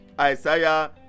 isaiah